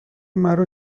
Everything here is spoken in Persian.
مرا